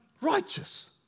righteous